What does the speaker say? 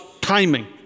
timing